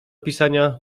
pisania